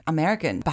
American